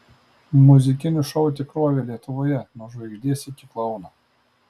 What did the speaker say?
muzikinių šou tikrovė lietuvoje nuo žvaigždės iki klouno